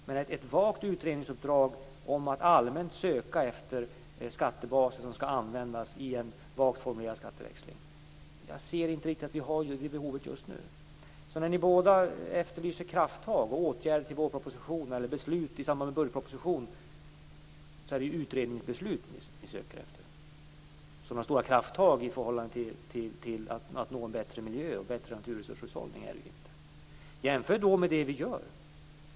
Men ett vagt utredningsuppdrag att allmänt söka efter skattebaser som skall användas i en vagt formulerad skatteväxling ser jag inget behov av just nu. När ni båda efterlyser krafttag, åtgärder till vårpropositionen eller beslut i samband med budgetpropositionen är det ju utredningsbeslut ni är ute efter. Några stora krafttag för att nå en bättre miljö och bättre naturresurshushållning är det inte. Jämför med det vi gör!